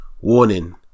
Warning